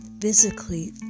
physically